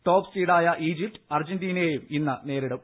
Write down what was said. top സീഡായ Egypt അർജന്റീനയെ ഇന്ന് നേരിടും